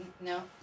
no